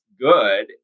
good